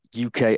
UK